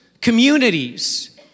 communities